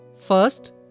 first